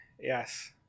Yes